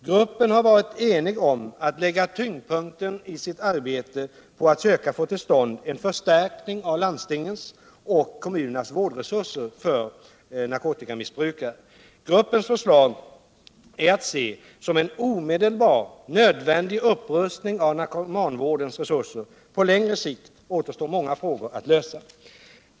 Gruppen har varit enig om att lägga tyngdpunkten i sitt arbete på att söka få till stånd en förstärkning av landstingens och kommunernas vårdresurser för narkotikamissbrukare. Gruppens förslag är att se som en omedelbar, nödvändig upprustning av narkomanvårdens resurser. På längre sikt återstår många frågor att lösa.